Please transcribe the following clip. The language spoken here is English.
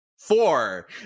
Four